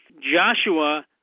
Joshua